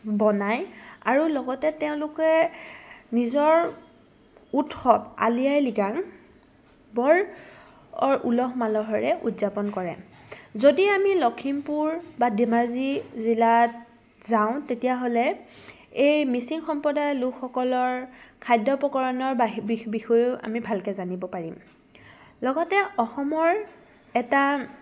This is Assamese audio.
বনাই আৰু লগতে তেওঁলোকে নিজৰ উৎসৱ আলি আই লিগাং বৰ উলহ মালহেৰে উদযাপন কৰে যদি আমি লখিমপুৰ বা ধেমাজি জিলাত যাওঁ তেতিয়াহ'লে এই মিচিং সম্প্ৰদায়ৰ লোকসকলৰ খাদ্য প্ৰকৰণৰ বিষয়েও আমি ভালকে জানিব পাৰিম লগতে অসমৰ এটা